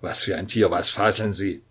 was für ein tier was faseln sie